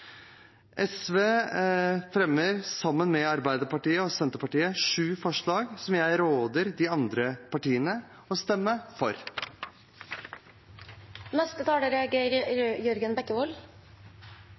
SV fremmer sammen med Arbeiderpartiet og Senterpartiet sju forslag som jeg råder de andre partiene til å stemme